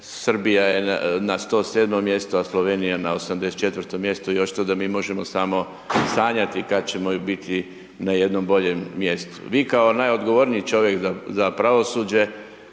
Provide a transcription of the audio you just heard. Srbija je na 107. mjestu a Slovenija na 84. mjestu, još to mi možemo samo sanjati kad ćemo biti na jednom boljem mjestu. Vi kao najodgovorniji čovjek za pravosuđe